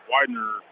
Widener